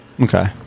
Okay